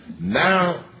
now